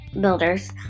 builders